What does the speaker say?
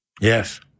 Yes